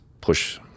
push